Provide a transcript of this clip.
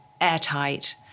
airtight